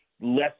less